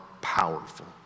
powerful